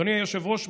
אדוני היושב-ראש,